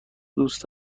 دوست